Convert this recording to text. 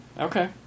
Okay